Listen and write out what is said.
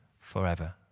forever